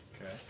Okay